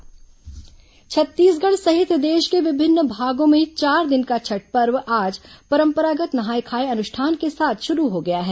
छठ पर्व छत्तीसगढ़ सहित देश के विभिन्न भागों में चार दिन का छठ पर्व आज परंपरागत नहाए खाये अनुष्ठान के साथ शुरू हो गया है